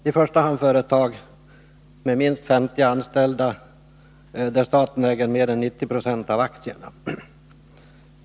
I första hand skall det gälla företag med minst 50 anställda, där staten äger mer än 90 96 av aktierna.